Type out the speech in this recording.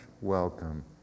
welcome